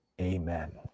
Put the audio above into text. amen